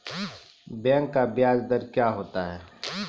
Bank का ब्याज दर क्या होता हैं?